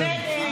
בסדר.